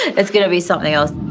it's gonna be something else.